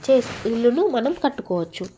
చేసు ఇల్లును మనం కట్టుకోవచ్చు